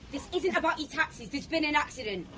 this isn't about your taxes there's been an accident!